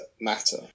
matter